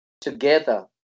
together